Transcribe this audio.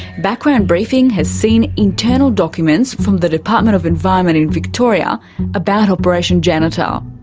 background briefing has seen internal documents from the department of environment in victoria about operation janitor.